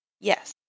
Yes